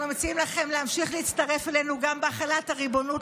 אנחנו מציעים לכם להמשיך להצטרף אלינו גם בהחלת הריבונות,